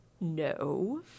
No